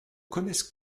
connaissent